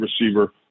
receiver